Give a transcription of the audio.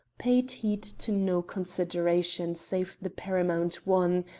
paid heed to no consideration save the paramount one,